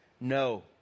No